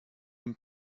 and